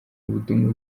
ubutumwa